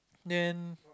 then